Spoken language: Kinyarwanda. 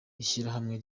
ishyirahamwe